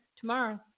tomorrow